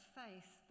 faith